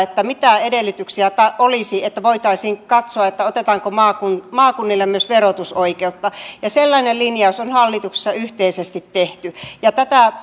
mitä edellytyksiä olisi että voitaisiin katsoa otetaanko maakunnille maakunnille myös verotusoikeutta ja sellainen linjaus on hallituksessa yhteisesti tehty tätä